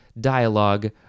dialogue